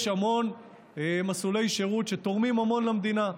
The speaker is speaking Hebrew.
יש המון מסלולי שירות שתורמים המון למדינה.